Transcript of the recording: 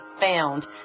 found